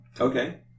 Okay